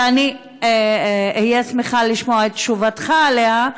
שאני אהיה שמחה לשמוע את תשובתך עליה,